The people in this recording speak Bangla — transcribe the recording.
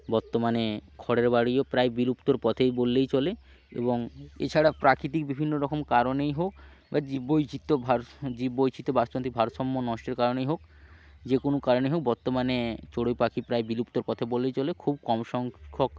বর্তমানে খড়ের বাড়িও প্রায় বিলুপ্তর পথেই বললেই চলে এবং এছাড়া প্রাকৃতিক বিভিন্ন রকম কারণেই হোক বা জীব বৈচিত্র্য ভার জীব বৈচিত্র্য বাস্তুতান্ত্রিক ভারসাম্য নষ্টের কারণেই হোক যে কোনো কারণেই হোক বর্তমানে চড়ুই পাখি প্রায় বিলুপ্তর পথে বললেই চলে খুব কম সংখ্যক